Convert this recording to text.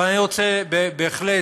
אבל אני רוצה בהחלט